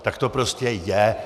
Tak to prostě je.